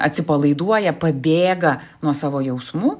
atsipalaiduoja pabėga nuo savo jausmų